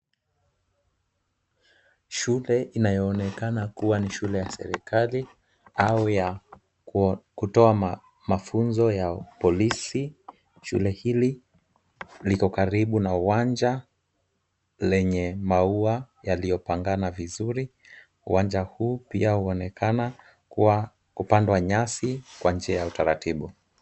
Shule inayoonekana kuwa ni shule ya serikali au ya kutoa mafunzo ya polisi. Shule hili liko karibu na uwanja lenye maua yaliyopangana vizuri. Uwanja huu pia unaonekana kuwa kupandwa nyasi kwa njia ya utaratibu.